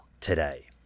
today